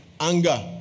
anger